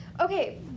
Okay